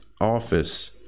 office